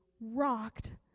rocked